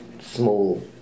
small